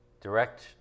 Direct